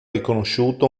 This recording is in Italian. riconosciuto